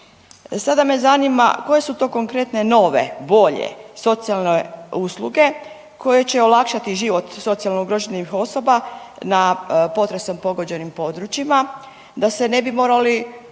Sada me zanima koje su to konkretne nove, bolje socijalne usluge koje će olakšati život socijalno ugroženih osoba na potresom pogođenim područjima da se ne bi morali opet